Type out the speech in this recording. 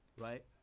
Right